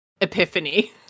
epiphany